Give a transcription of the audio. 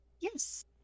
Yes